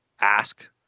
ask